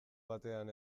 batean